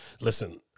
Listen